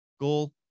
goal